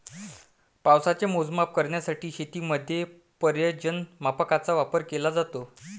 पावसाचे मोजमाप करण्यासाठी शेतीमध्ये पर्जन्यमापकांचा वापर केला जातो